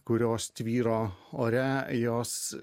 kurios tvyro ore jos